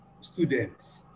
students